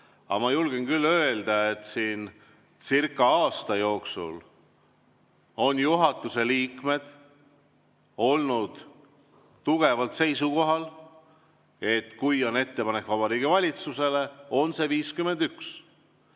aga ma julgen öelda, etcircaaasta jooksul on juhatuse liikmed olnud tugevalt seisukohal, et kui on ettepanek Vabariigi Valitsusele, siis on 51